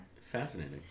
Fascinating